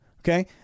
okay